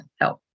help